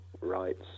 rights